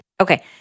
Okay